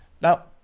Now